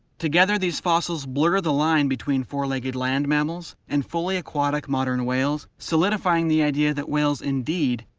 together, these fossils blur the line between four legged land mammals and fully aquatic but and whales, solidifying the idea that whales indeed,